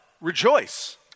rejoice